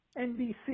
NBC